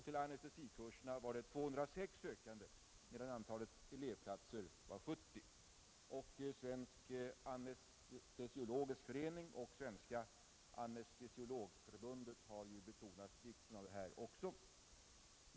Till anestesikurserna var det 206 sökande, medan antalet elevplatser var 70. Svensk anestesiologisk förening och Svenska anestesiologförbundet har betonat vikten av detta.